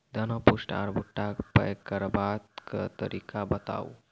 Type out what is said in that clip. दाना पुष्ट आर भूट्टा पैग करबाक तरीका बताऊ?